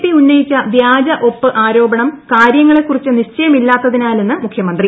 P ഉന്നയിച്ച വ്യാജ ഒപ്പ് ആരോപണം കാര്യങ്ങളെ കുറിച്ച് നിശ്ചയമില്ലാത്തതിനാലെന്ന് മുഖ്യമന്ത്രി